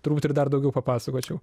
turbūt ir dar daugiau papasakočiau